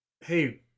hey